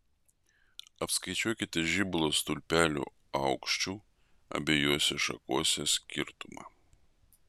apskaičiuokite žibalo stulpelių aukščių abiejose šakose skirtumą